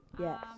Yes